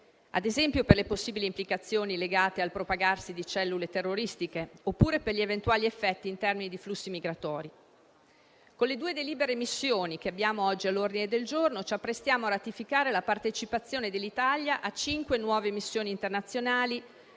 ad esempio, per le possibili implicazioni legate al propagarsi di cellule terroristiche oppure per gli eventuali effetti in termini di flussi migratori. Con le due risoluzioni che abbiamo oggi all'ordine del giorno ci apprestiamo a ratificare la partecipazione dell'Italia a cinque nuove missioni internazionali